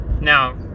Now